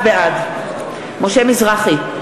בעד משה מזרחי,